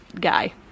guy